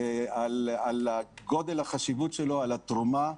על גודל החשיבות שלו, על התרומה.